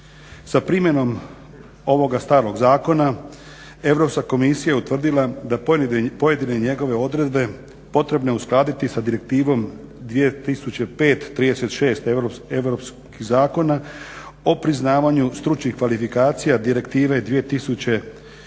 Sa primjenom ovoga staroga zakona Europska komisija je utvrdila da pojedine njegove odredbe potrebne uskladiti sa direktivom 2005/36 Europskih zakona o priznavanju stručnih kvalifikacija direktive 2006/123